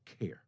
care